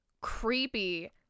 Creepy